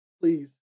please